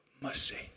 mercy